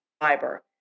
fiber